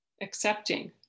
accepting